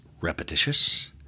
repetitious